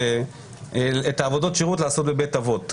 לעשות את עבודות השירות בבית אבות.